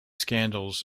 scandals